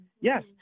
Yes